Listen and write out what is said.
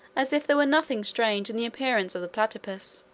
as if there was nothing strange in the appearance of the platypus.